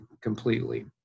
completely